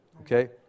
okay